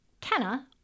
kenna